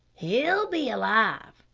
he'll be alive,